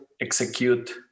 execute